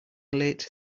late